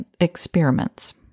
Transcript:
experiments